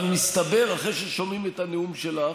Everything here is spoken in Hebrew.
אבל מסתבר, אחרי ששומעים את הנאום שלך,